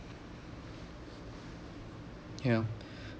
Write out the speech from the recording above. yeah